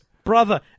Brother